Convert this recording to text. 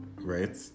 Right